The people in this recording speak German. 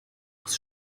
muss